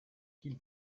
qu’il